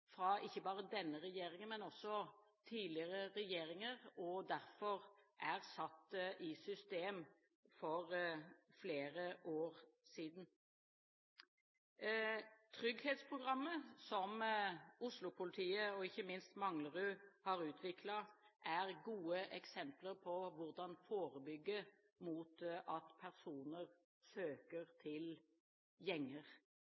ikke bare fra denne regjeringen, men også fra tidligere regjeringer, og derfor er satt i system for flere år siden. Trygghetsprogrammet, som Oslo-politiet og ikke minst Manglerud politistasjon har utviklet, er et godt eksempel på hvordan man kan forebygge at personer søker seg til gjenger,